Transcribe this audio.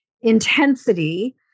intensity